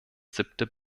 siebte